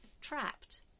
trapped